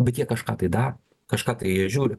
bet jie kažką tai daro kažką tai jie žiūri